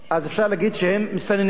אז אפשר להגיד שהם מסתננים,